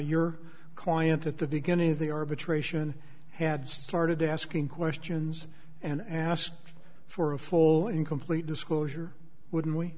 your client at the beginning of the arbitration had started asking questions and asked for a full and complete disclosure would